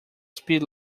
speed